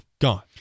gone